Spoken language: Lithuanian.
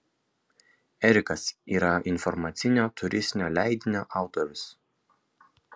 erikas yra ir informacinio turistinio leidinio autorius